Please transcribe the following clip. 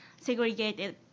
segregated